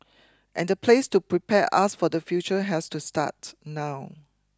and the place to prepare us for the future has to start now